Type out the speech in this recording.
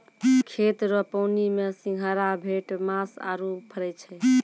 खेत रो पानी मे सिंघारा, भेटमास आरु फरै छै